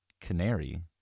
canary